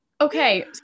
Okay